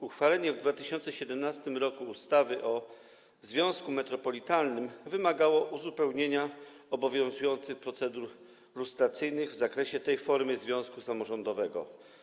Uchwalenie w 2017 r. ustawy o związku metropolitalnym wymagało uzupełnienia obowiązujących procedur lustracyjnych w zakresie tej formy związku samorządowego.